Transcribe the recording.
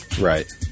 Right